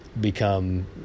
become